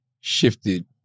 shifted